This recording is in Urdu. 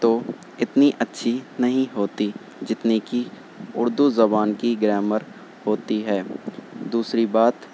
تو اتنی اچھی نہیں ہوتی جتنی کہ اردو زبان کی گرامر ہوتی ہے دوسری بات